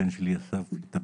הבן שלי גם התאבד.